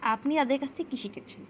আপনি এদের কাছ থেকে কি শিখেছেন